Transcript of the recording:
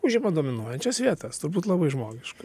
užima dominuojančias vietas turbūt labai žmogiška